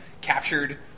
captured